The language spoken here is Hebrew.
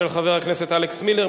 של חבר הכנסת אלכס מילר,